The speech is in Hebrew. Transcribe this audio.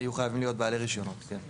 יהיו חייבים להיות בעלי רישיונות, כן.